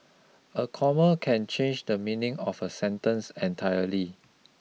a comma can change the meaning of a sentence entirely